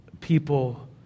people